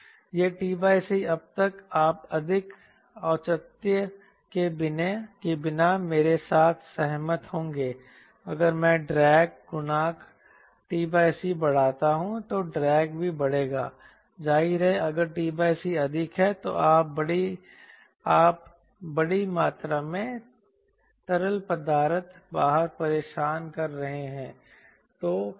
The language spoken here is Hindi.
यह t c अब तक आप अधिक औचित्य के बिना मेरे साथ सहमत होंगे अगर मैं ड्रैग गुणांक t c बढ़ाता हूं तो ड्रैग भी बढ़ेगा जाहिर है अगर t c अधिक है तो आप बड़ी मात्रा में तरल पदार्थ बाहर परेशान कर रहे हैं